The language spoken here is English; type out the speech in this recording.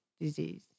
disease